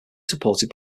supported